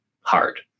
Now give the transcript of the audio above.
hard